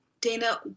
Dana